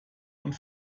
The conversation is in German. und